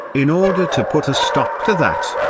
in order to put a stop to that,